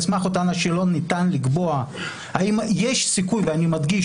סמך אותן שאלות ניתן לקבוע האם יש סיכוי -- אני מדגיש,